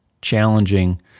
challenging